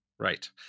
Right